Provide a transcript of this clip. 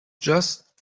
just